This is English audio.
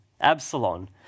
Absalom